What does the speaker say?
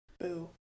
boo